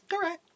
correct